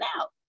out